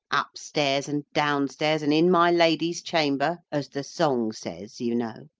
up-stairs and downstairs, and in my lady's chamber, as the song says, you know.